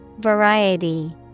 Variety